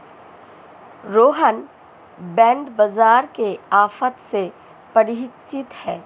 Rohan bond बाजार के offer से परिचित है